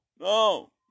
no